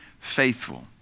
faithful